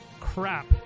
crap